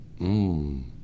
Mmm